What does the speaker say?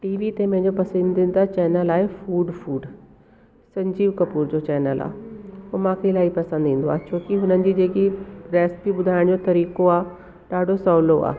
TV ते मुंहिंजो पसंदीदा चैनल आहे फूड फूड संजीव कपूर जो चैनल आहे त मूंखे इलाही पसंदि ईंदो आहे छोकी उन्हनि जी जेकी रेसिपी ॿुधाइण जो तरीक़ो आहे ॾाढो सहुलो आहे